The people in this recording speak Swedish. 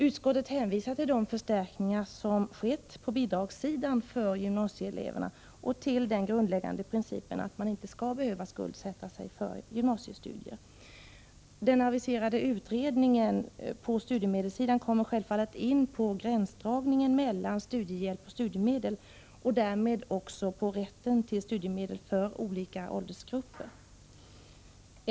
Utskottet hänvisar till de förstärkningar som skett på bidragssidan för gymnasieeleverna och till den grundläggande principen att man inte skall behöva skuldsätta sig för gymnasiestudier. Den aviserade utredningen på studiemedelssidan kommer självfallet in på gränsdragningen mellan studiehjälp och studiemedel och därmed också på rätten till studiemedel för olika åldersgrupper.